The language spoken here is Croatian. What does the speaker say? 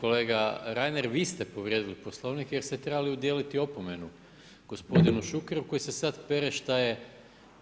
Kolega Reiner vi ste povrijedili Poslovnik jer ste trebali udijeliti opomenu gospodinu Šukeru koji se sada pere šta je